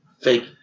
fake